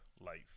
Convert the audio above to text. life